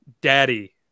Daddy